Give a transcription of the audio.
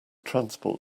transport